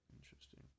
Interesting